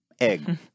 egg